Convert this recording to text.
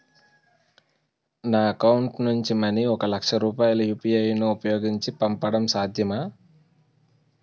నా అకౌంట్ నుంచి మనీ ఒక లక్ష రూపాయలు యు.పి.ఐ ను ఉపయోగించి పంపడం సాధ్యమా?